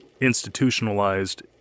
institutionalized